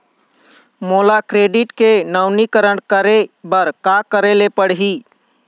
मोला क्रेडिट के नवीनीकरण करे बर का करे ले पड़ही?